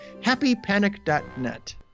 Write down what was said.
happypanic.net